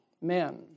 Men